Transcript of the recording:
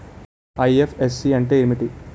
IFSC అంటే ఏమిటి?